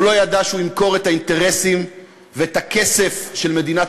הוא לא ידע שהוא ימכור את האינטרסים ואת הכסף של מדינת